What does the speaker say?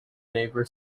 neighbour